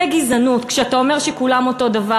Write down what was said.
זה גזענות כשאתה אומר שכולם אותו דבר